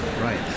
Right